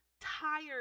tired